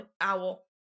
owl